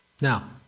Now